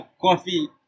coffee